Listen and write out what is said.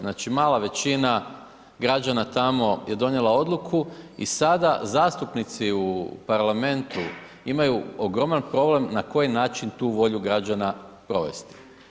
Znači mala većina građana tamo je donijela odluku i sada zastupnici u parlamentu imaju ogroman problem na koji način tu volju građana provesti.